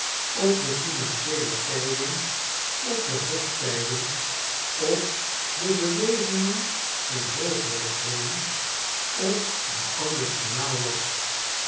of de pinancieele tiding of de hoftyding of de bewegingen in hoogere kringen of een ander journaal was